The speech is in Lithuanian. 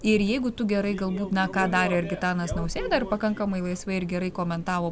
ir jeigu tu gerai galbūt na ką darė ir gitanas nausėda ir pakankamai laisvai ir gerai komentavo